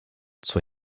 zur